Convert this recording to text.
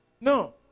No